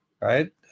right